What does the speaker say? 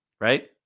right